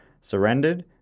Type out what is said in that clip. surrendered